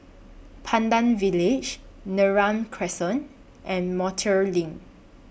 Pandan Village Neram Crescent and Montreal LINK